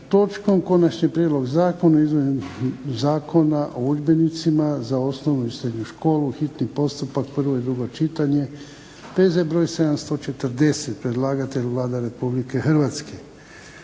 točkom - Konačni prijedlog zakona o izmjenama Zakona o udžbenicima za osnovnu i srednju školu, hitni postupak, prvo i drugo čitanje, P.Z. BR. 740 Predlagatelj Vlada Republike Hrvatske.